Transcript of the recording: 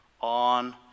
on